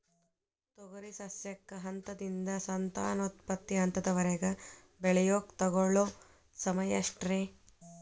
ತೊಗರಿ ಸಸ್ಯಕ ಹಂತದಿಂದ, ಸಂತಾನೋತ್ಪತ್ತಿ ಹಂತದವರೆಗ ಬೆಳೆಯಾಕ ತಗೊಳ್ಳೋ ಸಮಯ ಎಷ್ಟರೇ?